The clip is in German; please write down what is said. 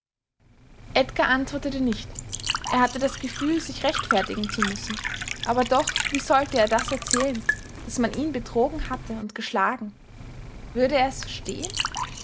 edgar antwortete nicht er hatte das gefühl sich rechtfertigen zu müssen aber doch wie sollte er das erzählen daß man ihn betrogen hatte und geschlagen würde er es verstehen